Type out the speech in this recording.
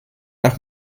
nach